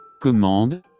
Commande